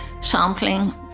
sampling